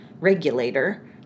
regulator